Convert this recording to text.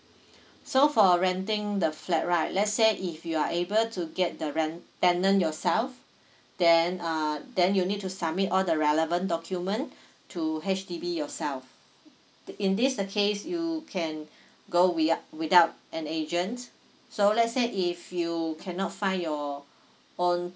so for renting the flat right let's say if you are able to get the rent tenant yourself then uh then you need to submit all the relevant document to H_D_B yourself in this the case you can go with~ without an agent so let's say if you cannot find your own